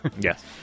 Yes